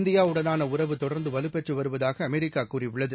India உடனான உறவு தொடர்ந்து வலுபெற்று வருவதாக அமெரிக்கா கூறியுள்ளது